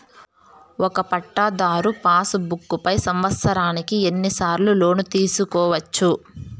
ఒక పట్టాధారు pass book పై సంవత్సరానికి ఎన్ని సార్లు లోను తీసుకోవచ్చు?